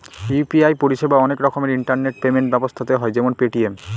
UPI পরিষেবা অনেক রকমের ইন্টারনেট পেমেন্ট ব্যবস্থাতে হয় যেমন পেটিএম